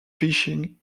fishing